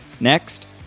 Next